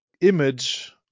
image